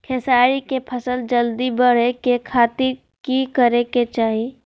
खेसारी के फसल जल्दी बड़े के खातिर की करे के चाही?